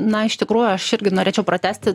na iš tikrųjų aš irgi norėčiau pratęsti